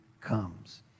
comes